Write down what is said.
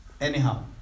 Anyhow